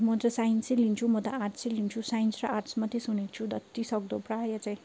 म चाहिँ साइन्सै लिन्छु म त आर्ट्सै लिन्छु साइन्स र आर्ट्स मात्रै सुनेको छु जतिसक्दो प्रायः चाहिँ